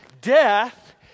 Death